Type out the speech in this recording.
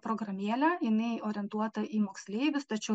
programėlę jinai orientuota į moksleivius tačiau